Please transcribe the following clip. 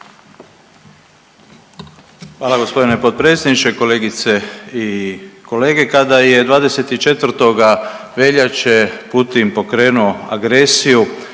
Hvala gospodine potpredsjedniče. Kolegice i kolege, kada je 24. veljače Putin pokrenu agresiju